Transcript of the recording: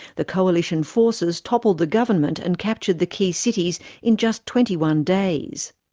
the coalition forces toppled the government and captured the key cities in just twenty one days.